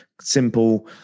simple